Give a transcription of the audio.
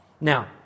Now